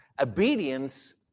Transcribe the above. Obedience